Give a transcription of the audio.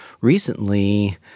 recently